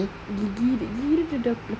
gigi gigi dia macam